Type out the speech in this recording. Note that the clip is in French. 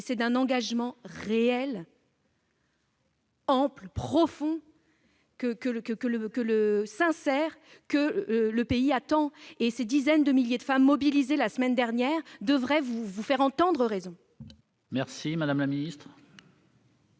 C'est un engagement réel, ample, profond et sincère que le pays attend. Les dizaines de milliers de femmes mobilisées la semaine dernière devraient vous faire entendre raison. La parole est